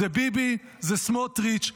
זה ביבי, זה סמוטריץ'.